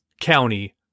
County